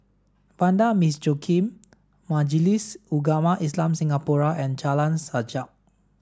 Vanda Miss Joaquim Majlis Ugama Islam Singapura and Jalan Sajak